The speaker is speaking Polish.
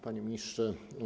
Panie Ministrze!